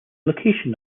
location